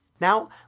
Now